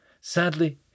Sadly